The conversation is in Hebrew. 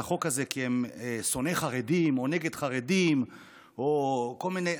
החוק הזה כי הם שונאי חרדים או נגד חרדים או כל מיני,